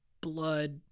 blood